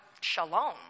shalom